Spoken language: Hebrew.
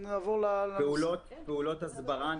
כל הזמן נעשות פעולות הסברה.